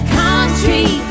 country